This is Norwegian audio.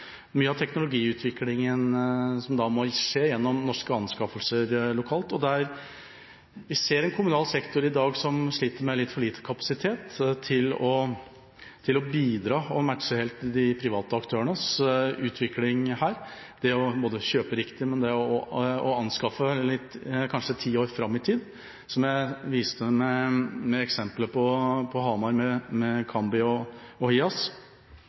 Mye av teknologiutviklingen må skje gjennom norske anskaffelser lokalt. Vi ser en kommunal sektor i dag som sliter med litt for lite kapasitet til å bidra og matche helt de private aktørenes utvikling her, både når det gjelder det å kjøpe riktig og anskaffe kanskje ti år fram i tid, som jeg viste med eksemplet på Hamar med Cambi og Hias. Det har ikke vært mange eksempler i norsk kommunal teknisk sektor på